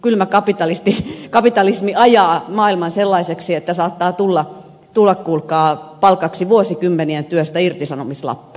kylmä kapitalismi ajaa maailman sellaiseksi että saattaa tulla kuulkaa palkaksi vuosikymmenien työstä irtisanomislappu